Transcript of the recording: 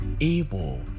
able